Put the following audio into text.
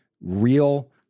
real